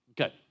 Okay